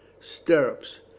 Stirrups